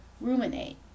ruminate